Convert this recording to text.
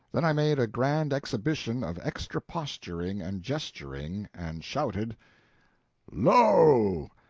then i made a grand exhibition of extra posturing and gesturing, and shouted lo,